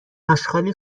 آشغالی